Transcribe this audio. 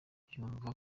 yumva